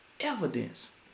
evidence